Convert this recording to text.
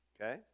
Okay